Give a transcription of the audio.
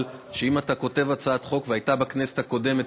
שאם אתה כותב הצעת חוק והיא הייתה בכנסת הקודמת,